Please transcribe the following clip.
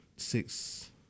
six